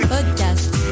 Podcast